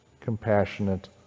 compassionate